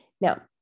Now